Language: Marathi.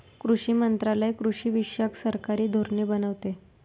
कृषी मंत्रालय कृषीविषयक सरकारी धोरणे बनवते